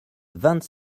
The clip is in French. vingt